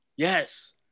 Yes